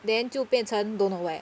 then 就变成 don't no where